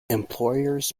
employers